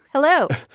hello.